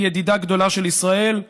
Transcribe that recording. והיא ידידה גדולה של ישראל.